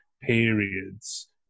periods